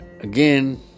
again